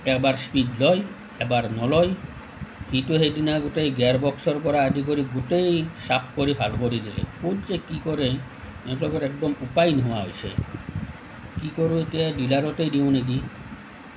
এবাৰ স্পীড লয় এবাৰ নলয় সিটো সেইদিনা গোটেই গিয়াৰ বক্সৰ পৰা আদি কৰি গোটেই চাফ কৰি ভাল কৰি দিলে ক'ত যে কি কৰে ইহঁতৰ লগত একদম উপায় নোহোৱা হৈছে কি কৰোঁ এতিয়া ডিলাৰতে দিওঁ নেকি